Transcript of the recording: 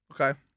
Okay